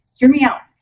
hear me out.